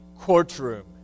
courtroom